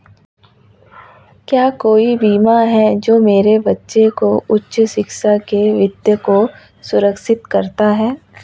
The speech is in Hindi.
क्या कोई बीमा है जो मेरे बच्चों की उच्च शिक्षा के वित्त को सुरक्षित करता है?